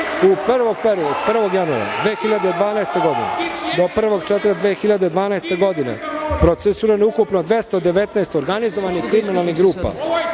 1. januara 2012. godine do 1.4.2012. godine procesuirano je ukupno 219 organizovanih kriminalnih grupa.